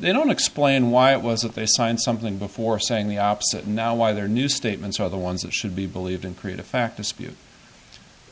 they don't explain why it wasn't they signed something before saying the opposite now why their new statements are the ones that should be believed and create a fact dispute